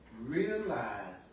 realize